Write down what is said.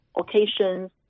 occasions